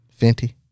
Fenty